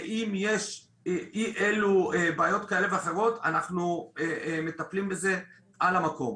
ואם יש אי אילו בעיות כאלה ואחרות אנחנו מטפלים בזה על המקום,